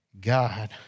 God